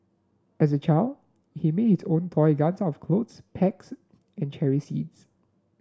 as a child he made his own toy guns out of clothes pegs and cherry seeds